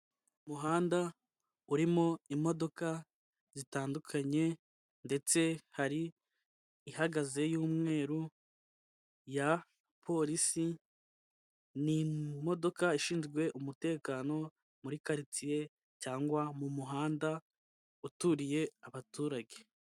Umuhanda urimo imodoka zitandukanye ndetse hari ihagaze y'umweru ya polisi, ni imodoka ishinzwe umutekano muri karitsiye cyangwa mu muhanda uturiye abaturage.